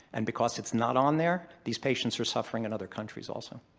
and because it's not on there, these patients are suffering in other countries also.